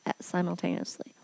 simultaneously